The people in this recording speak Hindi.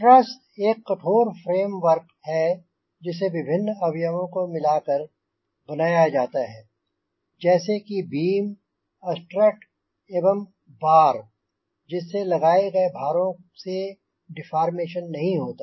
ट्रस एक कठोर फ़्रेम वर्क है जिसे विभिन्न अवयवों को मिलाकर बनाया जाता है जैसे कि बीम स्ट्रट एवं बार जिससे लगाए गए भारों से डीफ़ॉर्मेशन नहीं होता